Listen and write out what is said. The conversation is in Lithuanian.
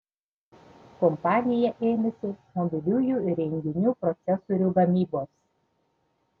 kompanija ėmėsi mobiliųjų įrenginių procesorių gamybos